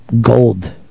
gold